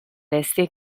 este